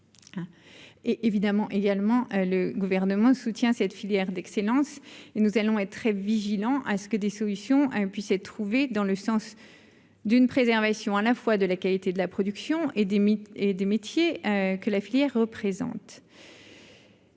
et évidemment également le gouvernement soutient cette filière d'excellence et nous allons être très vigilants à ce que des solutions puissent être trouvées dans le sens d'une préservation, à la fois de la qualité de la production et des mythes et des métiers que la filière représente.